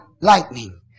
lightning